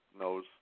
knows